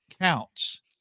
counts